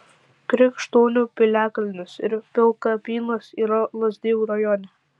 krikštonių piliakalnis ir pilkapynas yra lazdijų rajone